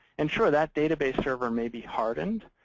and sure, that database server may be hardened.